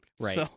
Right